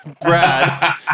Brad